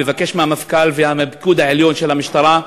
מבקש מהמפכ"ל ומהפיקוד העליון של המשטרה,